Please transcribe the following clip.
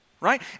right